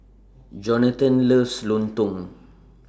Jonatan loves Lontong